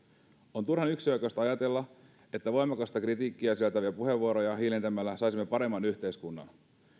on turhan yksioikoista ajatella että voimakasta kritiikkiä sisältäviä puheenvuoroja hiljentämällä saisimme paremman yhteiskunnan